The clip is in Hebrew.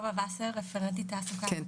היי,